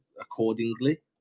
accordingly